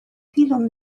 filon